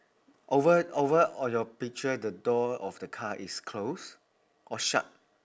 over over on your picture the door of the car is close or shut